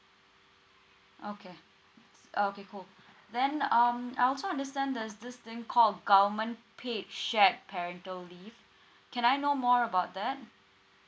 okay uh okay cool then um I also understand there's this thing called government paid shared parental leave can I know more about that